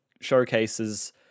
showcases